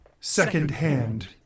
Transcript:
secondhand